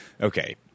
okay